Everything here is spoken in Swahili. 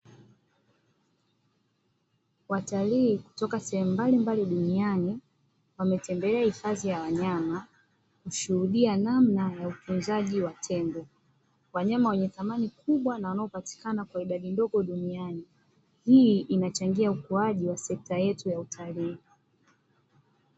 Watalii kutoka sehemu mbalimbali duniani, wametembelea hifadhi ya wanyama, kushuhudia namna ya utunzaji wa tendo, wananyama wenye samani kubwa na wanaopatikana kwa idadi ndogo duniani, hii inachangia ukuaji wa sekta yetu ya utalii.